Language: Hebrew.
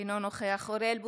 אינו נוכח אוריאל בוסו,